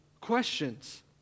questions